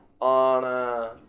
on